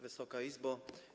Wysoka Izbo!